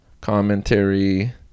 commentary